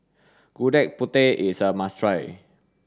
gudeg putih is a must try